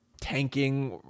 tanking